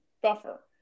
buffer